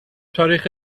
تاریخ